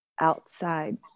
outside